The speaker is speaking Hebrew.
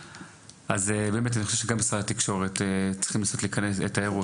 אז אני באמת מאמין שגם משרד התיירות צריך לנסות להירתם